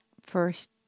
first